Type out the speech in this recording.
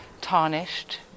tarnished